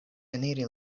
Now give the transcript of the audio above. eniri